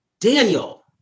Daniel